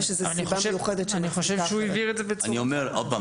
אני אומר עוד פעם,